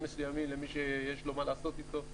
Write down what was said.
מסוימים למי שיש לו מה לעשות איתו.